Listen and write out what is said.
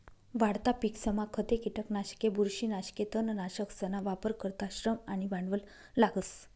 वाढता पिकसमा खते, किटकनाशके, बुरशीनाशके, तणनाशकसना वापर करता श्रम आणि भांडवल लागस